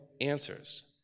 answers